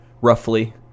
roughly